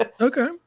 Okay